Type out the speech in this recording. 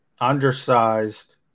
undersized